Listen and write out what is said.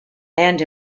and